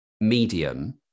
medium